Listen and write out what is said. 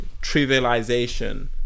trivialization